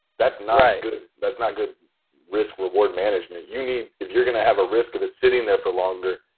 that's not good, that's not good risk reward management. you need, if you're going to have a risk of it sitting there for longer,